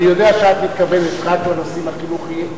ההרגשה שלי והאמונה שלי.